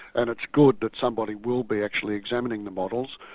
and it's good that somebody will be actually examining the models.